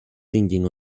singing